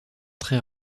très